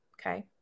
Okay